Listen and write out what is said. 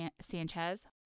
Sanchez